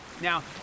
Now